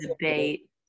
debate